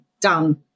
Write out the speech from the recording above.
done